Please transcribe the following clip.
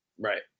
Right